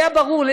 היה ברור,